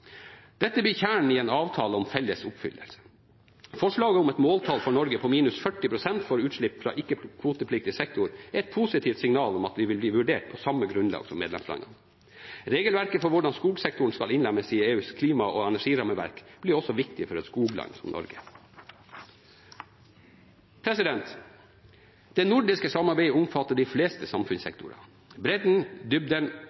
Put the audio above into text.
Dette blir kjernen i en avtale om felles oppfyllelse. Forslaget om et måltall for Norge på minus 40 pst. for utslipp fra ikke-kvotepliktig sektor er et positivt signal om at vi vil bli vurdert på samme grunnlag som medlemslandene. Regelverket for hvordan skogsektoren skal innlemmes i EUs klima- og energirammeverk, blir også viktig for et skogland som Norge. Det nordiske samarbeidet omfatter de fleste samfunnssektorer. Bredden, dybden